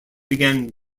began